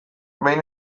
behin